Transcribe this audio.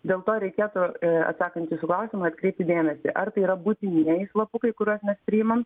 dėl to reikėtų atsakant į jūsų klausimą atkreipti dėmesį ar tai yra būtinieji slapukai kuriuos mes priimam